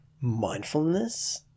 mindfulness